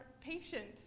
patient